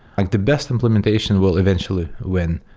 like the best implementation will eventually win.